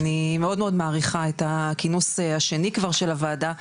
אני מאוד מאוד מעריכה את הכינוס השני כבר של הוועדה,